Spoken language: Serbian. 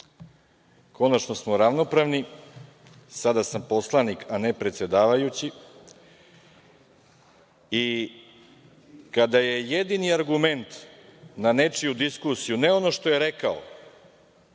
smo ravnopravni, sada sam poslanik, a ne predsedavajući i kada je jedini argument na nečiju diskusiju, ne ono što je rekao,